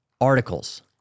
articles